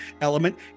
element